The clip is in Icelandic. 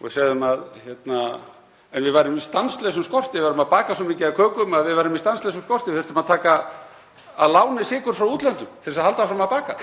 og segðum að við værum í stanslausum skorti, værum að baka svo mikið af kökum að við værum í stanslausum skorti. Við þyrftum að taka að láni sykur frá útlöndum til að halda áfram að baka.